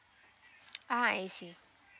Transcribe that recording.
oh I see